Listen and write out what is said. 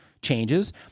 changes